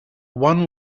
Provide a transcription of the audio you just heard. one